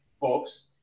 folks